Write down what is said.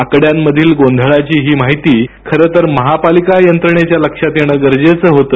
आकड्यांमधील गोंधळाची ही माहिती खरेतर महापालिका यंत्रणेच्या लक्षात येणे गरजेचे होते